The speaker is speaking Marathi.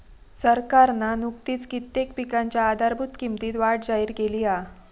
सरकारना नुकतीच कित्येक पिकांच्या आधारभूत किंमतीत वाढ जाहिर केली हा